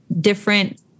different